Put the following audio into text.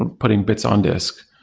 and putting bits on disk.